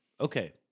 Okay